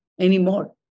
anymore